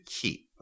keep